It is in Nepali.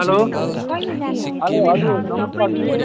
हेलो हेलो हजुर नमस्कार दिदी